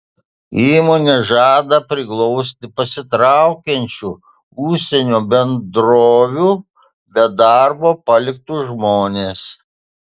įmonė žada priglausti pasitraukiančių užsienio bendrovių be darbo paliktus žmones